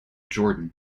jordan